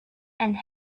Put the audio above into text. and